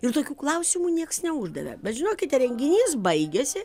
ir tokių klausimų nieks neuždavė bet žinokite renginys baigėsi